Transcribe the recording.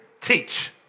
teach